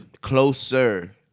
Closer